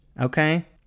okay